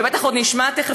ובטח עוד נשמע תכף,